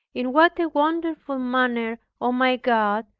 in what a wonderful manner, o my god,